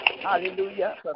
Hallelujah